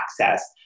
access